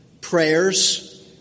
prayers